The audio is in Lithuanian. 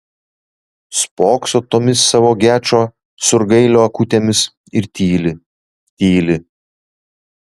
spokso tomis savo gečo surgailio akutėmis ir tyli tyli